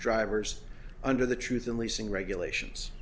drivers under the truth in leasing regulations